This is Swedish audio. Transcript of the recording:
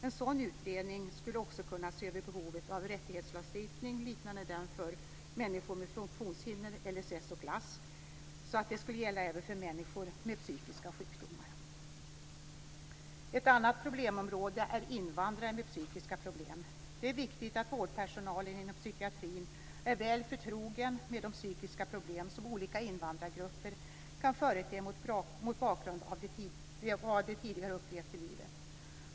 En sådan utredning skulle också kunna se över behovet av en rättighetslagstiftning liknande den för människor med funktionshinder, LSS och LASS, så att en sådan skulle gälla även för människor med psykiska sjukdomar. Ett annat problemområde är invandrare med psykiska problem. Det är viktigt att vårdpersonalen inom psykiatrin är väl förtrogen med de psykiska problem som olika invandrargrupper kan förete, mot bakgrund av vad de tidigare i livet har upplevt.